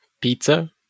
Pizza